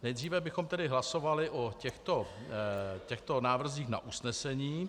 Nejdříve bychom tedy hlasovali o těchto návrzích na usnesení.